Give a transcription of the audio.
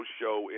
show